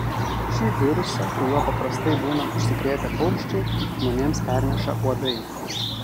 šį virusą kuriuo paprastai būna užsikrėtę paukščiai žmonėms perneša uodai